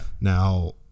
Now